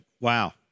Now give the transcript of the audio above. Wow